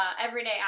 everyday